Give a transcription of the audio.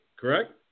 Correct